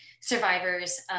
survivors